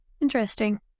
Interesting